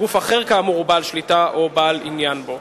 שגוף אחר כאמור הוא בעל שליטה או בעל עניין בו.